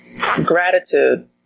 gratitude